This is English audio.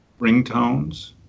ringtones